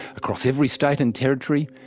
across every state and territory,